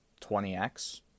20X